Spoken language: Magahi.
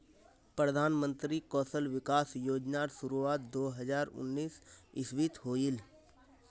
प्रधानमंत्री कौशल विकाश योज्नार शुरुआत दो हज़ार उन्नीस इस्वित होहिल